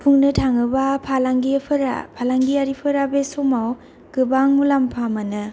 बुंनो थाङोबा फालांगिफोरा फालांगियारिफोरा बे समाव गोबां मुलामफा मोनो